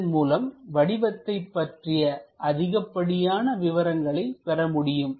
இதன் மூலம் வடிவத்தை பற்றிய அதிகப்படியான விவரங்களை பெற முடியும்